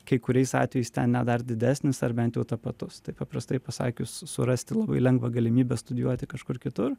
kai kuriais atvejais ten net dar didesnis ar bent jau tapatus taip paprastai pasakius surasti labai lengvą galimybę studijuoti kažkur kitur